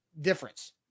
difference